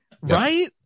Right